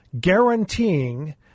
guaranteeing